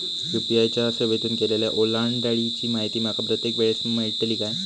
UPI च्या सेवेतून केलेल्या ओलांडाळीची माहिती माका प्रत्येक वेळेस मेलतळी काय?